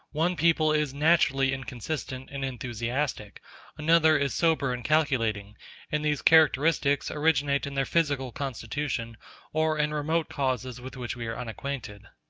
one people is naturally inconsistent and enthusiastic another is sober and calculating and these characteristics originate in their physical constitution or in remote causes with which we are unacquainted.